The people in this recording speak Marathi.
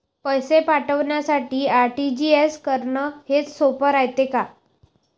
पैसे पाठवासाठी आर.टी.जी.एस करन हेच सोप रायते का?